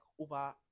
over